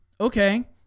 Okay